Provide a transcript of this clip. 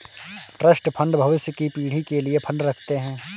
trust fund भविष्य की पीढ़ी के लिए फंड रखते हैं